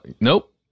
Nope